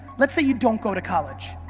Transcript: let's say you don't go to college,